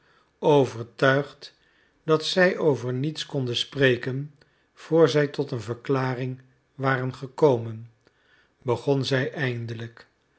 overtuigd dat zij over niets konden spreken voor zij tot een verklaring waren gekomen begon zij eindelijk